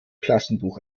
klassenbuch